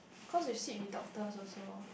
cause you sit with doctors also